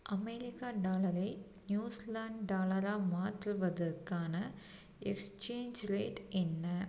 America டாலரை New Zealand டாலராக மாற்றுவதற்கான எக்ஸ்சேஞ்ச் ரேட் என்ன